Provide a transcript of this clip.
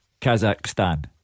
Kazakhstan